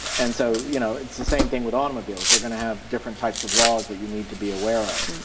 and so, you know, it's the same thing with automobiles. they're going to have different types of laws that you need to be aware of.